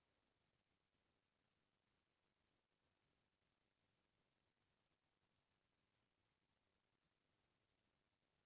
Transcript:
बुखार के इलाज ल झटकुन नइ करवाए म पसु ह एक दू दिन म मर घलौ जाथे